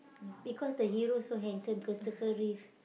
because the hero so handsome Christopher-Reeve